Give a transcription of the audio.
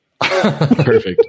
perfect